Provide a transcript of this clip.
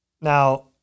Now